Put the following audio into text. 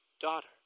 daughter